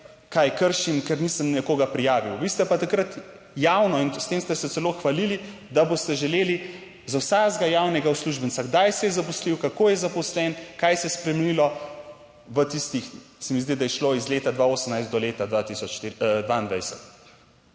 kaj kršim, ker nisem nekoga prijavil, vi ste pa takrat javno in s tem ste se celo hvalili, da boste želeli za vsakega javnega uslužbenca kdaj se je zaposlil, kako je zaposlen, kaj se je spremenilo v tistih, se mi zdi, da je šlo iz leta 2018 do leta 2022.